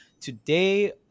today